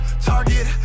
target